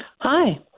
Hi